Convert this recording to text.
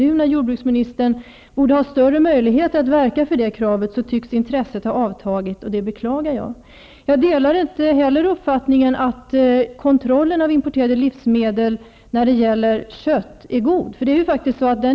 Nu, när jordbruksministern borde ha större möjlighet att verka för det kravet, tycks intresset ha avtagit, och det beklagar jag. Jag delar inte uppfattningen att kontrollen av importerade livsmedel är god när det gäller kött.